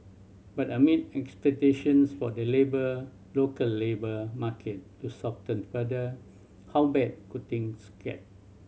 but amid expectations for the labour local labour market to soften further how bad could things get